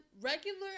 regular